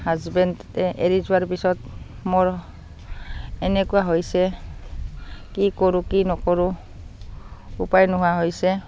হাজবেণ্ডে এৰি যোৱাৰ পিছত মোৰ এনেকুৱা হৈছে কি কৰোঁ কি নকৰোঁ উপায় নোহোৱা হৈছে